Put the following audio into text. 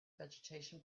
vegetation